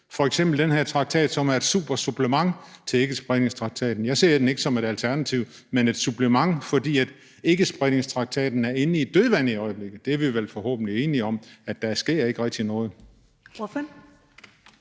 f.eks. med den her traktat, som er et super supplement til ikkespredningstraktaten? Jeg ser den ikke som et alternativ, men som et supplement, fordi ikkespredningstraktaten er inde i et dødvande i øjeblikket. Det er vi vel forhåbentlig enige om, altså at der ikke rigtig sker